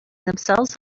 themselves